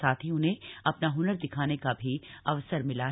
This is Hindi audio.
साथ ही उन्हें अपना हुनर दिखाने का भी अवसर मिला है